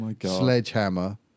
sledgehammer